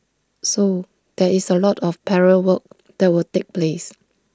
so there is A lot of parallel work that will take place